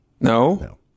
No